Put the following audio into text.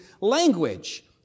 language